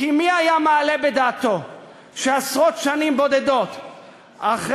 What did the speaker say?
כי מי היה מעלה בדעתו שעשרות שנים בודדות אחרי